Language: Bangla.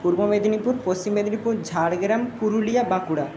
পূর্ব মেদিনীপুর পশ্চিম মেদিনীপুর ঝাড়গ্রাম পুরুলিয়া বাঁকুড়া